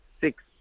six